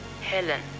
Helen